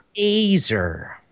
Azer